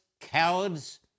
cowards